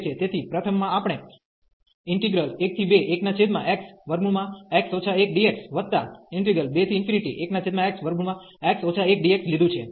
તેથી પ્રથમમાં આપણે 121xx 1dx21xx 1dx લીધું છે